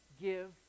give